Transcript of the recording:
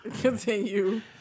Continue